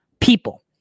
people